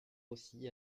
aussi